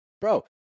bro